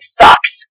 sucks